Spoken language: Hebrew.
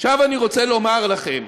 עכשיו אני רוצה לומר לכם,